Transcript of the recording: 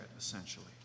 essentially